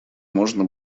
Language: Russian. можно